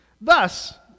Thus